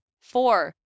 Four